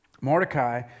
Mordecai